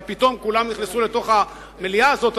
אבל פתאום כולם נכנסו לתוך המליאה הזאת,